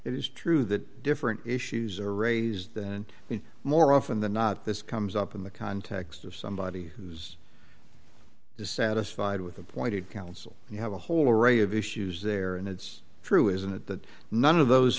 it is true that different issues are raised and more often than not this comes up in the context of somebody who's dissatisfied with appointed counsel you have a whole array of issues there and it's true isn't it that none of those